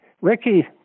Ricky